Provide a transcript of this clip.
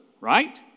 right